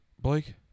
Blake